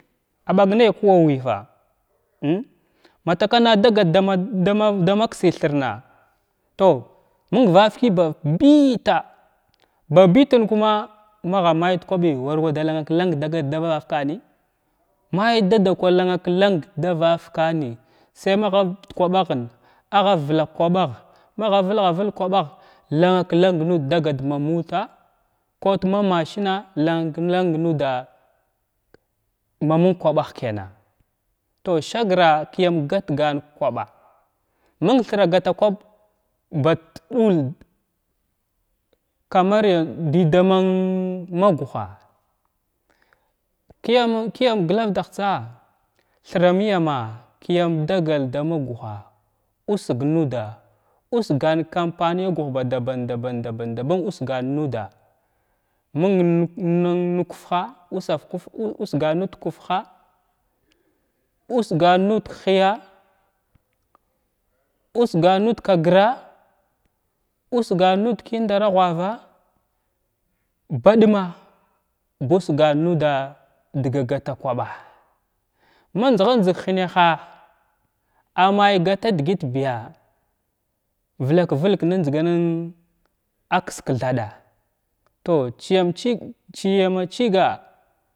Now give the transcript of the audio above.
Abag nay ku aw wifa um mbatalava anadagat dama dama damaksi thirna tow məng vavaki bu biita ba biitən kuma magha may da kwaɓi war wa dalank larga dagal da vavaka ni say magha da kwɓaghan agha valan ka kwaɓagh ma gha valgha vəlg ka kwaɓegh landkang nuda dagat ma muta’a, ko ta ma masina lankum lang nuda ma məng kwaɓat kəng tow sagra kəyam gatgan ka kwaɓu məng thra gada kwaɓ bat ɗul kamar yar dadaman am magula kayam kayam glavdah tsa thira məyama kəyam dagal da ma gula usəg nuda’a usgam ka ampaniya guh daban daban daban daban usgam nida məng nən nən na kufhah ussar kufha usgan muda kufha, usgan nuda ka hiya, usgan nuda ka agra, usgan nuda kimdara ghrava baduma busgan nuda daga gata kwaɓala manjgha njzəg hinala amay gatadəgət biya vlak-vəlg na njzganən aksa kathaɗa tow tsyam tsəg tsyama tsəga.